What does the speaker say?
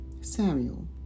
Samuel